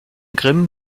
grimm